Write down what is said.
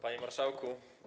Panie Marszałku!